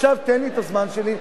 עכשיו תן לי את הזמן שלי.